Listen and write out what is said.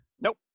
nope